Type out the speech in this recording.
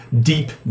deep